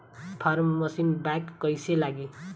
Form machine bank कईसे लागी?